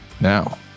Now